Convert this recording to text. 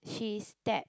she is step